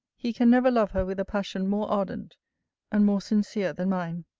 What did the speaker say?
he can never love her with a passion more ardent and more sincere than mine.